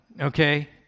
okay